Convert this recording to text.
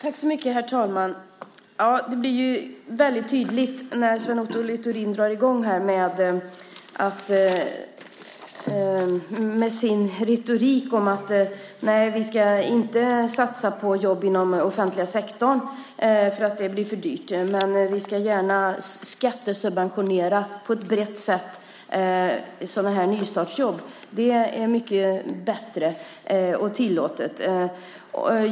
Herr talman! Det blir väldigt tydligt när Sven Otto Littorin drar i gång sin retorik: Nej, vi ska inte satsa på jobb inom den offentliga sektorn, för det blir för dyrt. Men vi ska gärna skattesubventionera sådana här nystartsjobb på ett brett sätt. Det är mycket bättre och tillåtet.